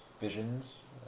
visions